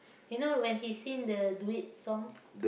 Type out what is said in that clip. you know when he sing the duet song